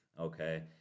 Okay